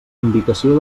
indicació